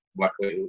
luckily